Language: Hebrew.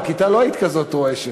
בכיתה לא היית כזאת רועשת.